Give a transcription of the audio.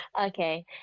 Okay